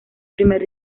primer